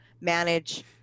manage